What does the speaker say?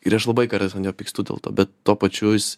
ir aš labai kartais ant jo pykstu dėl to bet tuo pačiu jis